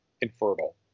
infertile